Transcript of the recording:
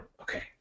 okay